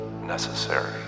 necessary